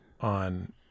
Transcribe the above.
on